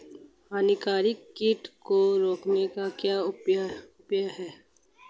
हानिकारक कीट को रोकने के क्या उपाय हैं?